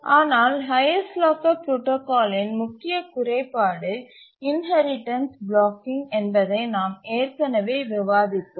ஆனால் highest locker புரோடாகாலின் முக்கிய குறைபாடு இன்ஹெரிடன்ஸ் பிளாக்கிங் என்பதை நாம் ஏற்கனவே விவாதித்தோம்